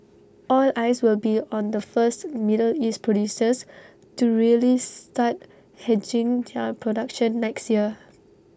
all eyes will be on the first middle east producers to really start hedging their production next year